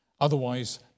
Otherwise